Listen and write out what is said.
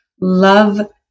love